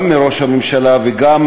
גם ראש הממשלה וגם